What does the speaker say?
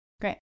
Great